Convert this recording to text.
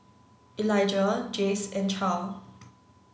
Elijah Jase and Charle